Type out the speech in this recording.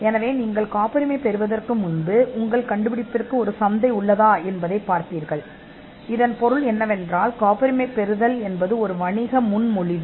எனவே நீங்கள் காப்புரிமை பெறுவதற்கு முன்பு அதற்கு ஒரு சந்தை இருக்கிறதா என்று பார்ப்பீர்கள் அதாவது காப்புரிமை பெறுவது ஒரு வணிக முன்மொழிவு